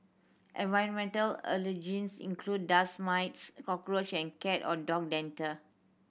environmental allergens include dust mites cockroach and cat or dog dander